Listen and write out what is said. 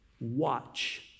Watch